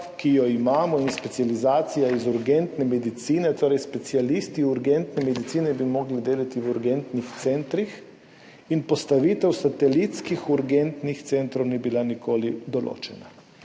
ki jo imamo, in specializacija iz urgentne medicine, torej specialisti urgentne medicine bi morali delati v urgentnih centrih in postavitev satelitskih urgentnih centrov ni bila nikoli določena.